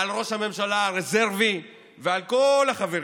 על ראש הממשלה הרזרבי ועל כל החברים.